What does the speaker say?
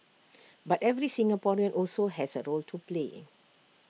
but every Singaporean also has A role to play